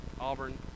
Auburn